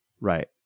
Right